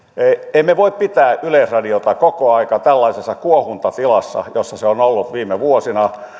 emme voi pitää yleisradiota koko aikaa tällaisessa kuohuntatilassa jossa se on ollut viime vuosina